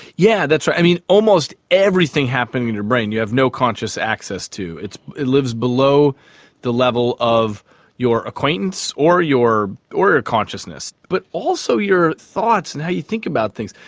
yeah that's right. i mean, almost everything happening in your brain you have no conscious access to. it lives below the level of your acquaintance or your or your consciousness. but also your thoughts and how you think about things.